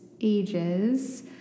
ages